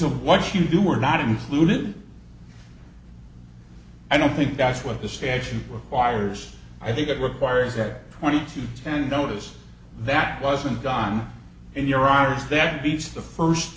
of what you do or not include i don't think that's what the statute requires i think it requires that twenty two ten notice that wasn't done in your arms that means the first